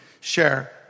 share